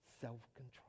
self-control